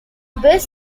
best